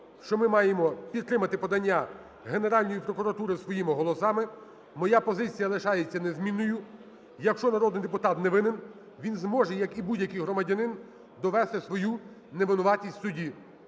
що ми маємо підтримати подання Генеральній прокуратури своїми голосами. Моя позиція лишається незмінною: якщо народний депутат не винен, він зможе, як і будь-який громадянин, довести свою невинуватість в суді.